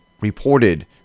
reported